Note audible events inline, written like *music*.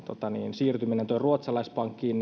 siirtyminen ruotsalaispankkiin *unintelligible*